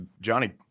Johnny